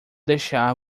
deixar